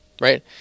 right